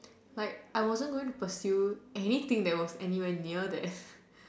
like I wasn't going to pursue anything that was anywhere near there